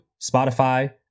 Spotify